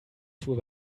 fuhr